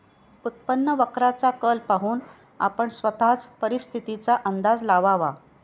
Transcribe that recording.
उत्पन्न वक्राचा कल पाहून आपण स्वतःच परिस्थितीचा अंदाज लावावा